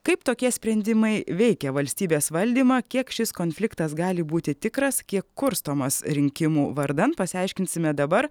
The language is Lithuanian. kaip tokie sprendimai veikia valstybės valdymą kiek šis konfliktas gali būti tikras kiek kurstomas rinkimų vardan pasiaiškinsime dabar